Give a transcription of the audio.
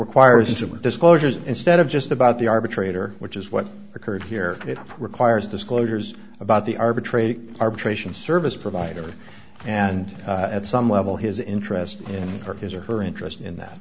intimate disclosures instead of just about the arbitrator which is what occurred here it requires disclosures about the arbitrator arbitration service provider and at some level his interest in his or her interest in that